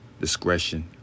discretion